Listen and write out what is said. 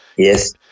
Yes